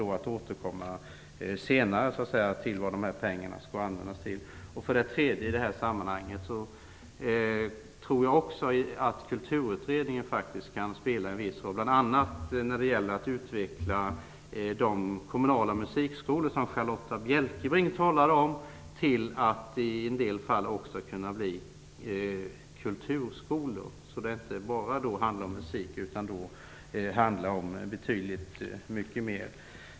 Kulturministern kommer att senare återkomma till vad pengarna skall användas till. Kulturutredningen kan säkerligen också spela en viss roll, bl.a. när det gäller att utveckla de kommunala musikskolor, som Charlotta L Bjälkebring talade om, till att kunna bli kulturskolor. Det skulle då inte bara handla om musik utan om betydligt mycket mer.